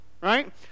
right